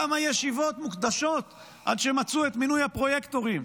כמה ישיבות מוקדשות עד שמצאו את מינוי הפרויקטורים,